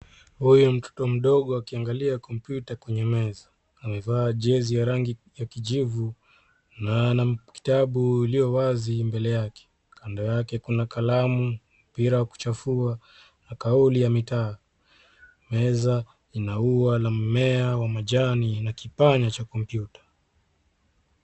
Huyu mtoto mdogo akiangalia kompyuta kwenye meza. Amevaa jezi ya rangi ya kijivu na ana kitabu iliyo wazi mbele yake. Kando yake kuna kalamu, mpira wa kuchafua na kauli ya mitaa. Meza ina ua la mmea wa majani na kipanya cha kompyuta.